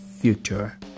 future